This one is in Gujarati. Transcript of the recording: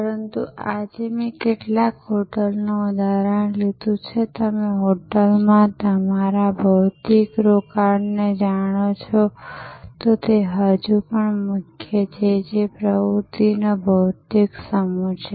પરંતુ આજે મેં કેટલાક હોટેલનું ઉદાહરણ લીધું છે તમે હોટેલમાં તમારા ભૌતિક રોકાણને જાણો છો જે હજી પણ મુખ્ય છે જે પ્રવૃત્તિઓનો ભૌતિક સમૂહ છે